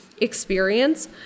experience